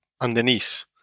underneath